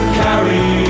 carry